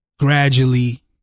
gradually